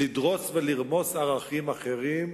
לדרוס ולרמוס ערכים אחרים,